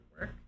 work